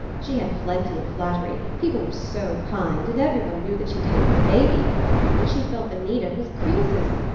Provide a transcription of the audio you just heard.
she had plenty of flattery people were so kind, and every one knew that she did it for the baby but what she felt the need of was criticism,